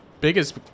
biggest